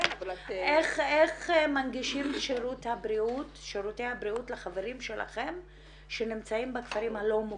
איך מנגישים את שירותי הבריאות לחברים שלכם שנמצאים בכפרים הלא מוכרים?